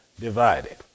divided